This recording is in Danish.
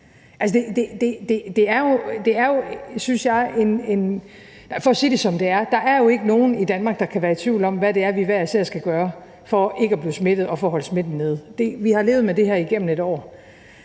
For at sige det, som det er, er der jo ikke nogen i Danmark, der kan være i tvivl om, hvad det er, vi hver især skal gøre for ikke at blive smittet og for at holde smitten nede. Vi har levet med det her igennem et år.